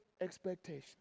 expectation